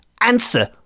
answer